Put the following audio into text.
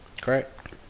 Correct